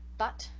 but,